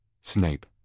Snape